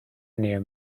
near